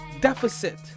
deficit